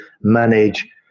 manage